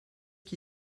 qui